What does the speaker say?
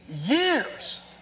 years